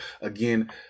again